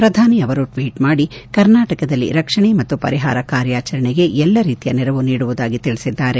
ಪ್ರಧಾನಿ ಅವರು ಟ್ವೀಟ್ ಮಾಡಿ ಕರ್ನಾಟಕದಲ್ಲಿ ರಕ್ಷಣೆ ಮತ್ತು ಪರಿಹಾರ ಕಾರ್ಯಾಚರಣೆಗೆ ಎಲ್ಲಾ ರೀತಿಯ ನೆರವು ನೀಡುವುದಾಗಿ ತಿಳಿಸಿದ್ದಾರೆ